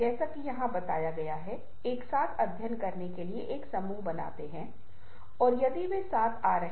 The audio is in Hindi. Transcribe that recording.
जैसा कि आप यहां देख सकते हैं कुछ चीजों को व्यक्त करने में कामयाब रहे